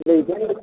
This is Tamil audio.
இன்றைக்கு